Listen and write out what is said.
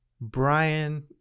Brian